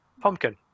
Pumpkin